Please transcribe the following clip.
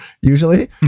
usually